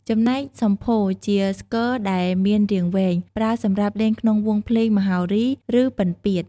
ចំណែកសំភោរ ជាស្គរដែលមានរាងវែង ប្រើសម្រាប់លេងក្នុងវង់ភ្លេងមហោរី ឬពិណពាទ្យ។